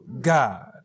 God